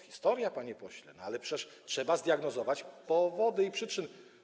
Historia, panie pośle, ale przecież trzeba zdiagnozować powody i przyczyny.